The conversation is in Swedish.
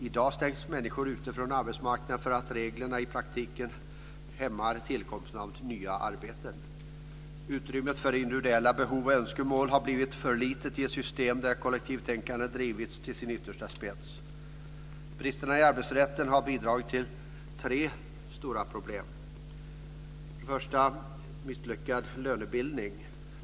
I dag stängs människor ute från arbetsmarknaden för att reglerna i praktiken hämmar tillkomsten av nya arbeten. Utrymmet för individuella behov och önskemål har blivit för litet i ett system där kollektivtänkandet drivits till sin yttersta spets. Bristerna i arbetsrätten har bidragit till tre stora problem. För det första misslyckad lönebildning.